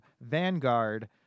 Vanguard